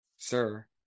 Sir